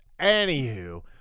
anywho